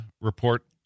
report